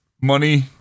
Money